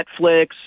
Netflix